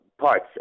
parts